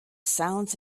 sounds